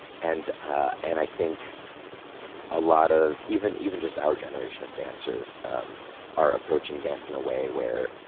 and and i think a lot of, even even just our generation of dancers are approaching dance in a way where